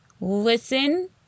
listen